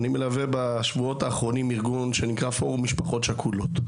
אני מלווה בשבועות האחרונים ארגון שנקרא פורום משפחות שכולות.